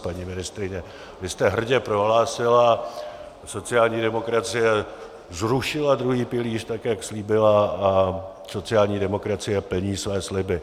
Paní ministryně, vy jste hrdě prohlásila: sociální demokracie zrušila druhý pilíř, tak jak slíbila, a sociální demokracie plní své sliby.